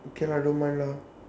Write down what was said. okay lah I don't mind lah